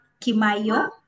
Kimayo